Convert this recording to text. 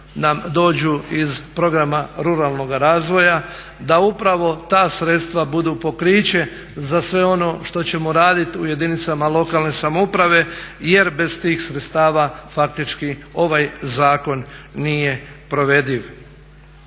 dođu iz programa ruralnoga razvoja, da upravo ta sredstva budu pokriće za sve ono što ćemo raditi u jedinicama lokalne samouprave jer bez tih sredstava faktički ovaj zakon nije provediv.